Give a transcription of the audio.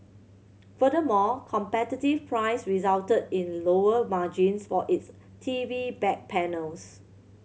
furthermore competitive price resulted in lower margins for its T V back panels